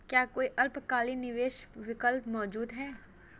क्या कोई अल्पकालिक निवेश विकल्प मौजूद है?